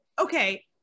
Okay